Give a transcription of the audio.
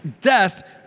Death